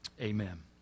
Amen